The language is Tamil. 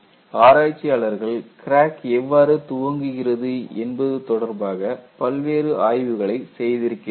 ஆராய்ச்சியாளர்கள் கிராக் எவ்வாறு துவங்குகிறது என்பது தொடர்பாக பல்வேறு ஆய்வுகளை செய்திருக்கிறார்கள்